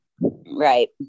Right